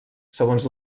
segons